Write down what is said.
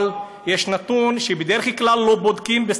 אבל יש נתון שבדרך כלל לא בודקים בסטטיסטיקה,